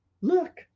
Look